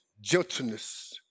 gentleness